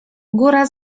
góra